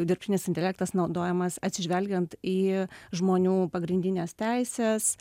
dirbtinis intelektas naudojamas atsižvelgiant į žmonių pagrindines teises